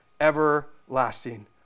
everlasting